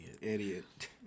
idiot